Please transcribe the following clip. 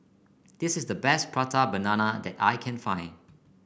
this is the best Prata Banana that I can find